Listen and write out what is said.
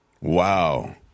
Wow